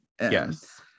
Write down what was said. Yes